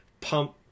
pump